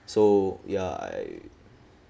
so ya I